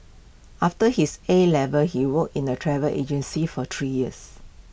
after his A levels he worked in A travel agency for three years